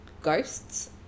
ghosts